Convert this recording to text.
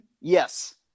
Yes